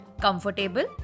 comfortable